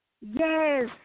Yes